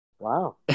Wow